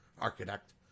architect